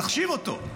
תכשיר אותו.